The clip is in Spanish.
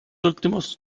últimos